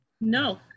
No